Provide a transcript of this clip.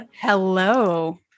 hello